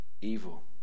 evil